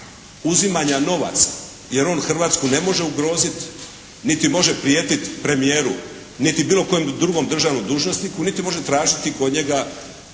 uzimanja novaca, jer on Hrvatsku ne može ugroziti niti može prijetiti premijeru, niti bilo kojem drugom državnom dužnosniku, niti može tražiti kod njega